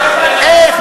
איך?